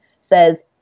says